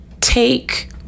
take